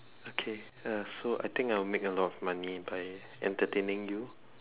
okay uh so I think I'll make a lot of money by entertaining you